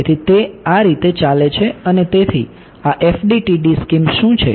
તેથી તે આ રીતે ચાલે છે અને તેથી આ FDTD સ્કીમ શું છે